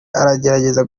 aragerageza